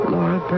Laura